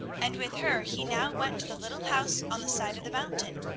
and with her he now went to the little house on the side of the mountain,